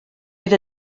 oedd